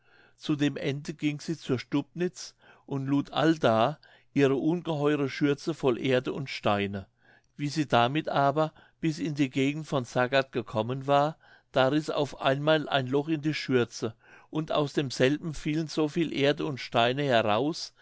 zu dem ende ging sie zur stubnitz und lud allda ihre ungeheure schürze voll erde und steine wie sie damit aber bis in die gegend von sagard gekommen war da riß auf einmal ein loch in die schürze und aus demselben fielen so viel erde und steine heraus